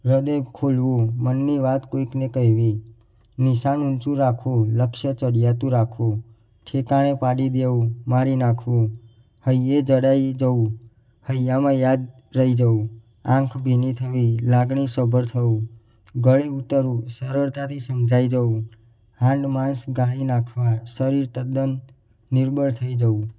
હ્રદય ખોલવું મનની વાત કોઈને કહેવી નિશાન ઊંચું રાખવું લક્ષ્ય ચડિયાતું રાખવું ઠેકાણે પાડી દેવું મારી નાખવું હૈયે જડાઈ જવું હૈયામાં યાદ રહી જવું આંખ ભીની થવી લાગણીસભર થવું ગળે ઉતરવું સરળતાથી સમજાઈ જવું હાડ માંસ ગાળી નાખવા તદ્દન નિર્બળ થઈ જવું